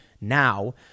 now